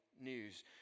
news